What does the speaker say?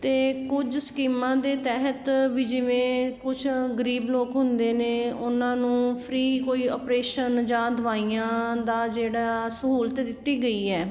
ਅਤੇ ਕੁਝ ਸਕੀਮਾਂ ਦੇ ਤਹਿਤ ਵੀ ਜਿਵੇਂ ਕੁਛ ਗਰੀਬ ਲੋਕ ਹੁੰਦੇ ਨੇ ਉਹਨਾਂ ਨੂੰ ਫਰੀ ਕੋਈ ਓਪਰੇਸ਼ਨ ਜਾਂ ਦਵਾਈਆਂ ਦਾ ਜਿਹੜਾ ਸਹੂਲਤ ਦਿੱਤੀ ਗਈ ਹੈ